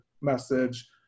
message